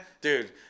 dude